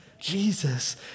Jesus